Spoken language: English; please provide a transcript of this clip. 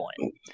point